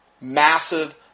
Massive